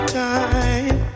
time